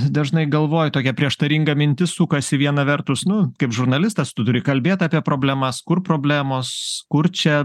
dažnai galvoj tokia prieštaringa mintis sukasi viena vertus nu kaip žurnalistas tu turi kalbėt apie problemas kur problemos kur čia